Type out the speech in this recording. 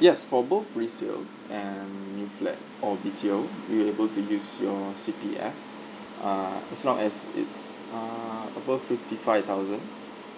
yes for both resale and new flat or B_T_O you're able to use your C_P_F ah as long as it's ah above fifty five thousand